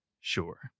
sure